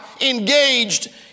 engaged